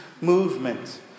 movement